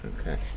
Okay